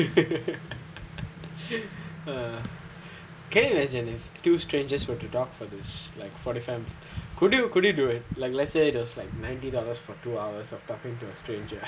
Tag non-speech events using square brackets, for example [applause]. [laughs] can you imagine if two strangers were too dark for this like forty five could you could you do it like let's say those like ninety dollars for two hours of talking to a stranger